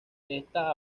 esta